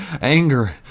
anger